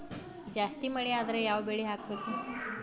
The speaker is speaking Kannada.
ಜಾಸ್ತಿ ಮಳಿ ಆದ್ರ ಯಾವ ಬೆಳಿ ಹಾಕಬೇಕು?